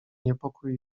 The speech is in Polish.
niepokój